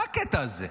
מה הקטע הזה?